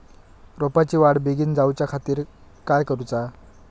रोपाची वाढ बिगीन जाऊच्या खातीर काय करुचा?